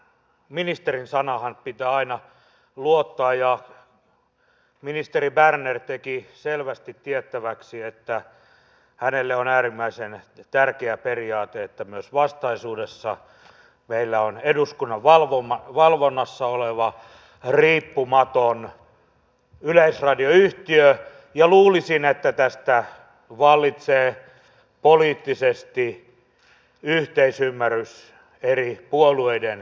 ministerin sanaanhan pitää aina luottaa ja ministeri berner teki selvästi tiettäväksi että hänelle on äärimmäisen tärkeä periaate että myös vastaisuudessa meillä on eduskunnan valvonnassa oleva riippumaton yleisradioyhtiö ja luulisin että tästä vallitsee poliittisesti yhteisymmärrys eri puolueiden kesken